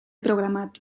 programats